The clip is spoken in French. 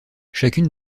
chacune